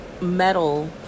metal